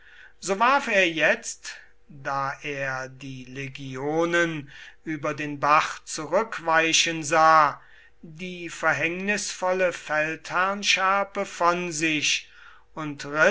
so warf er jetzt da er die legionen über den bach zurückweichen sah die verhängnisvolle feldherrnschärpe von sich und